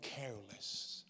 careless